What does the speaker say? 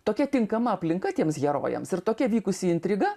tokia tinkama aplinka tiems herojams ir tokia vykusi intriga